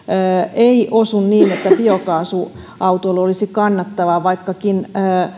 ei osu niin että biokaasuautoilu olisi kannattavaa vaikkakin